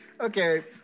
Okay